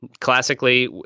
Classically